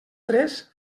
tres